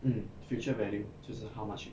mm future value 就是 how much